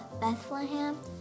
Bethlehem